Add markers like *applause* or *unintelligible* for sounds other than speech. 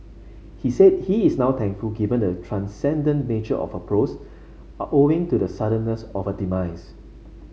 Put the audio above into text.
he said he is now thankful given the transcendent nature of her prose *unintelligible* owing to the suddenness of her demise